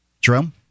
Jerome